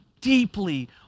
deeply